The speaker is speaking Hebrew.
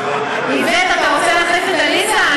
איווט, אתה רוצה להחליף את עליזה?